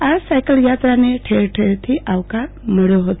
આ સાયકલયાત્રાને ઠેર ઠેર થી આવકાર મળ્યો ફતો